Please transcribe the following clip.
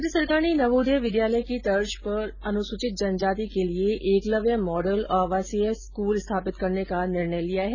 केन्द्र सरकार ने नवोदय विद्यालय की तर्ज पर अनुसूचित जनजाति के लिए एकलव्य मॉडल आवासीय स्कूल स्थापित करने का निर्णय लिया है